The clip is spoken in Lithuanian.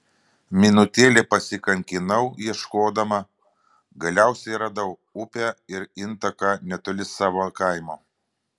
minutėlę pasikankinau ieškodama galiausiai radau upę ir intaką netoli savo kaimo